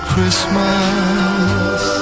Christmas